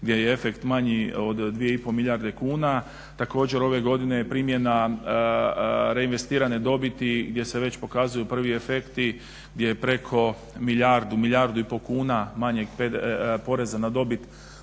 gdje je efekt manji od 2,5 milijarde kuna. Također ove godine je primjena reinvestirane dobiti gdje se već pokazuju prvi efekti, gdje je preko milijardu, milijardu i pol kuna manjeg poreza na dobit